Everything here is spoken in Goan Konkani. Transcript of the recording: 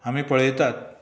आमी पळयतात